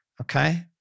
Okay